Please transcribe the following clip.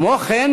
כמו כן,